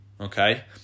okay